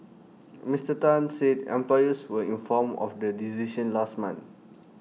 Mister Tan said employees were informed of the decision last month